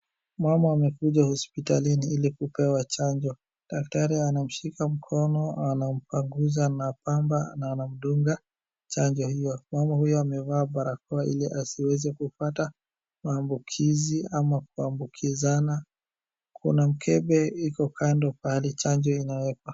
Mama amekuja hospitalini ili kupewa chanjo. Daktari anamshika mkono, anampanguza na pamba na anamdunga chanjo hio. Mama huyo amevaa barakoa ili asiweze kupata maambukizi ama kuambukizana. Kuna mkebe iko kando pahali chanjo inaekwa.